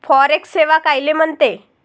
Forex सेवा कायले म्हनते?